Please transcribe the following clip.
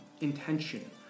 intention